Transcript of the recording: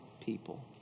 people